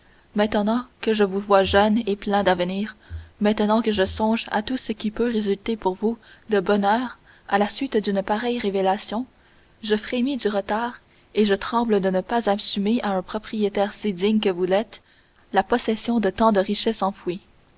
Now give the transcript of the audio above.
maintenant que je vous vois jeune et plein d'avenir maintenant que je songe à tout ce qui peut résulter pour vous de bonheur à la suite d'une pareille révélation je frémis du retard et je tremble de ne pas assurer à un propriétaire si digne que vous l'êtes la possession de tant de richesses enfouies